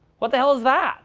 what the hell is that